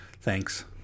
Thanks